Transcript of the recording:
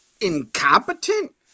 Incompetent